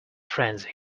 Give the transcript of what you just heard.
frenzy